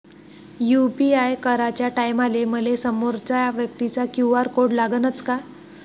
UPI कराच्या टायमाले मले समोरच्या व्यक्तीचा क्यू.आर कोड लागनच का?